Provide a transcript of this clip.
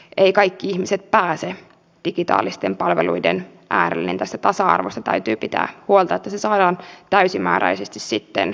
ei kaikki ihmiset pääse digitaalisten palveluiden äärellinen tasa arvosta täytyy pitää huolta tosissaan täysimääräisesti sitten